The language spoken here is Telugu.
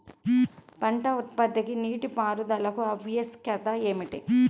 పంట ఉత్పత్తికి నీటిపారుదల ఆవశ్యకత ఏమిటీ?